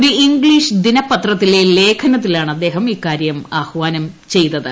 ഒരു ഇംഗ്ലീഷ് ദിനപത്രത്തിലെ ലേഖനത്തിലാണ് അദ്ദേഹം ഇക്കാര്യം ആഹ്വാനം ചെയ്തത്